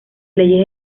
leyes